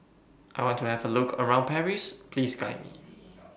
I want to Have A Look around Paris Please Guide Me